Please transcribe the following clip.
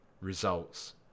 results